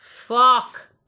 fuck